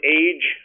age